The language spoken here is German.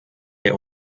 der